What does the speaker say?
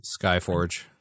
Skyforge